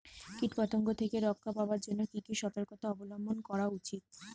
কীটপতঙ্গ থেকে রক্ষা পাওয়ার জন্য কি কি সর্তকতা অবলম্বন করা উচিৎ?